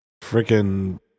freaking